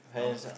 how